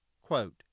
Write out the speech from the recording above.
Quote